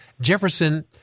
Jefferson